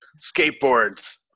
Skateboards